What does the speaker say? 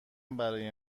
برای